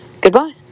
goodbye